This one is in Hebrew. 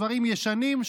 דברים ישנים,